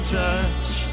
touch